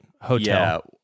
hotel